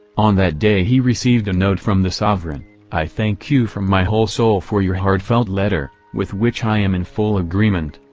on that day he received and from the sovereign i thank you from my whole soul for your heartfelt letter, with which i am in full agreement.